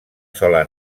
sola